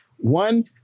One